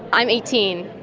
i'm eighteen.